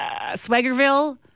Swaggerville